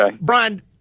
Brian